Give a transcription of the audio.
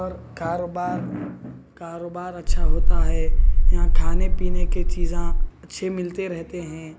اور كاروبار کاروبار اچّھا ہوتا ہے يہاں كھانے پينے کے چیزیں اچھے ملتے رہتے ہیں